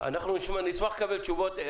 אני אשמח לקבל תשובות.